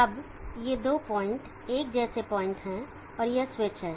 अब ये दो पॉइंट point एक जैसे पॉइंट हैं और यह स्विच है